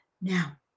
Now